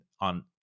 on